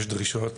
יש דרישות,